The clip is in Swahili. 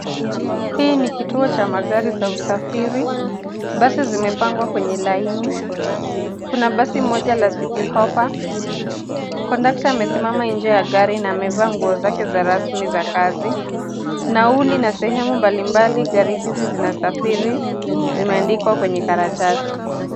Hii ni kituo cha magari za usafiri. Basi zimepangwa kwenye laini. Kuna basi moja la City Hoppa . Conductor amesimama nje ya gari na amevaa nguo zake za rasmi za kazi. Nauli na sehemu mbalimbali gari hizi zinasafiri imeandikwa kwenye karatasi.